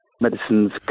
Medicines